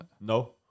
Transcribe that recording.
No